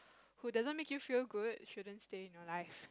who doesn't make you feel good shouldn't stay in your life